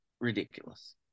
ridiculous